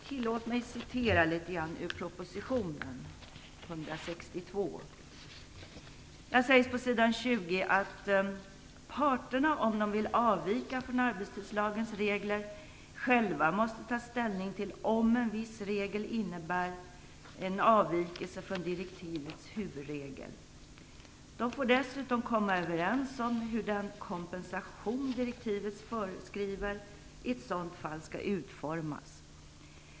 Tillåt mig citera litet grand ur proposition 1995/96:162. Där sägs på s. 20 att "parterna, om de vill avvika från arbetstidslagens regler, själva måste ta ställning till om en viss regel även innebär en avvikelse från direktivets huvudregel i frågan. De får dessutom - komma överens om hur den kompensation direktivet föreskriver i ett sådant fall skall utformas.